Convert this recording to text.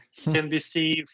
CNBC